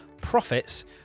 profits